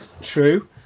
True